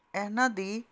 ਇਹਨਾਂ ਦੀ